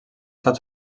estat